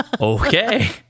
Okay